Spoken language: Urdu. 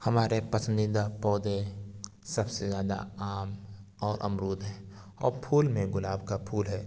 ہمارے پسندیدہ پودے سب سے زیادہ آم اور امرود ہیں اور پھول میں گلاب کا پھول ہے